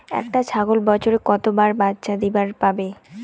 একটা ছাগল বছরে কতবার বাচ্চা দিবার পারে?